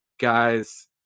Guys